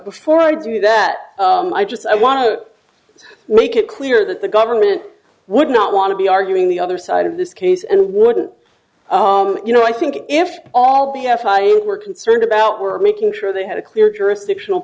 before i do that i just i want to make it clear that the government would not want to be arguing the other side of this case and wouldn't you know i think if all be a fine were concerned about were making sure they had a clear jurisdiction